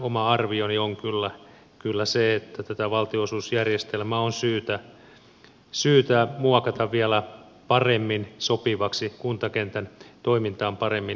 oma arvioni on kyllä se että tätä valtionosuusjärjestelmää on syytä muokata vielä paremmin sopivaksi kuntakentän toimintaan paremmin sopivaksi